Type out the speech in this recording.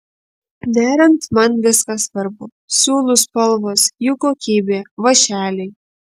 neriant man viskas svarbu siūlų spalvos jų kokybė vąšeliai